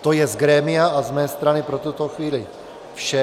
To je z grémia a z mé strany pro tuto chvíli vše.